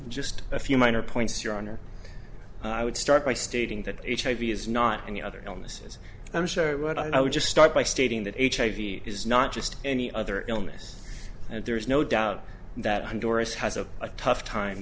just a few minor points your honor i would start by stating that hiv is not any other illnesses i'm sorry but i would just start by stating that hiv is not just any other illness and there is no doubt that i'm doris has a tough time